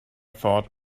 thought